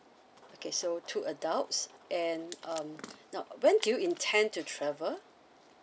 okay so two adults and um now when do you intend to travel